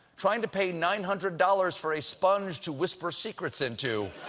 trying to pay nine hundred dollars for a sponge to whisper secrets into.